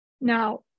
Now